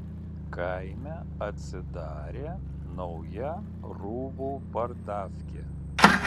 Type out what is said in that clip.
kaime atsidarė nauja rūbų pardafkė